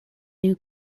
new